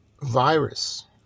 virus